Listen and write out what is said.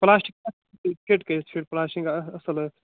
plastic fit کٔرِتھ fit پلاسٹکِ اصٕل حظ